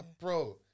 bro